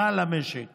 רע למשק